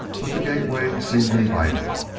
but the gateway seemed inviting.